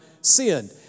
sinned